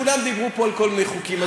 כולם דיברו פה על כל מיני חוקים,